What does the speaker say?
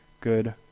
good